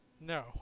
No